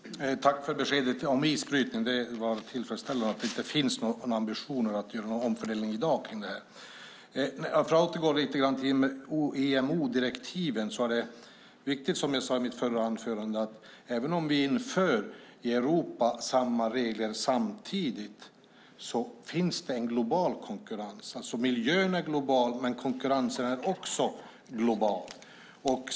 Fru talman! Tack för beskedet om isbrytning, ministern! Det var tillfredsställande att få höra att det inte finns någon ambition att göra en omfördelning i dag. Även om vi i Europa inför samma regler samtidigt när det gäller IMO-direktiven finns det, som jag sade i mitt förra inlägg, en global konkurrens. Miljön är global, men konkurrensen är också global.